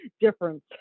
difference